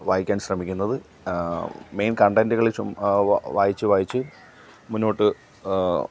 വായിക്കാൻ ശ്രമിക്കുന്നത് മെയിൻ കണ്ടന്റുകൾ ചും വായിച്ച് വായിച്ച് മുന്നോട്ട്